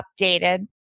updated